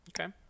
Okay